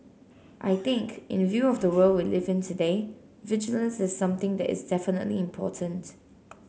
I think in the view of the world we live in today vigilance is something that is definitely important